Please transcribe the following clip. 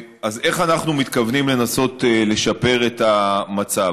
אז איך אנחנו מתכוונים לנסות לשפר את המצב?